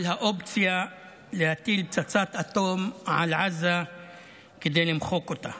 האופציה להטיל פצצת אטום על עזה כדי למחוק אותה.